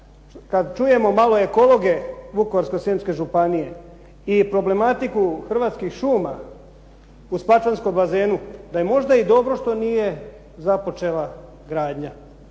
kada čujemo malo ekologe Vukovarsko-srijemske županije i problematiku Hrvatskih šuma u Spačvanskom bazenu, da je možda i dobro što nije započela gradnja.